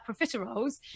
profiteroles